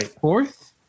fourth